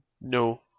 No